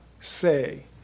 say